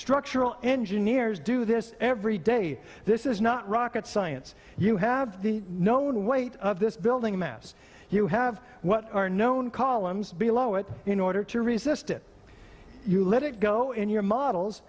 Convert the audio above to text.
structural engineers do this every day this is not rocket science you have no weight of this building mass you have what are known columns below it you know order to resist it you let it go in your models